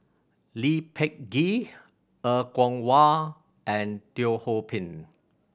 Lee Peh Gee Er Kwong Wah and Teo Ho Pin